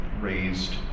raised